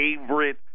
favorite